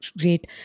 great